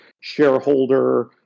shareholder